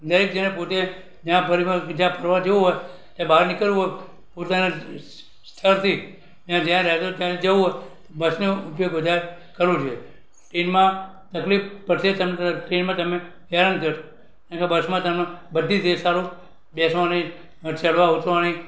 દરેક જણે પોતે જ્યાં ફરવા જવું હોય કે બહાર નીકળવું હોય પોતાનાં સ્થળથી ત્યાં જ્યાં રહેતો હોય ત્યાં એને જવું હોય બસનો ઉપયોગ વધારે કરવો જોઈએ ટ્રેનમાં તકલીફ પડશે તેમજ ટ્રેનમાં તમે હેરાન થશો એના કરતાં બસમાં તમે બધી રીતે સારું બેસવાની અને ચઢવા ઉતરવાની